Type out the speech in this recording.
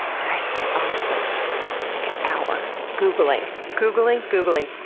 and i spent honestly like an hour googling, googling, googling.